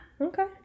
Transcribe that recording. Okay